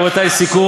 רבותי,